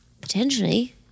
Potentially